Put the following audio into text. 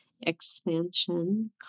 Expansion